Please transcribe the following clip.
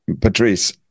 Patrice